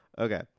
Okay